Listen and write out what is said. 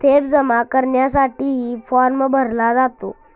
थेट जमा करण्यासाठीही फॉर्म भरला जातो